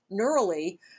neurally